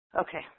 Okay